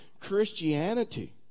Christianity